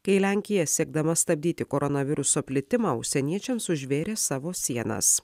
kai lenkija siekdama stabdyti koronaviruso plitimą užsieniečiams užvėrė savo sienas